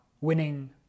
winning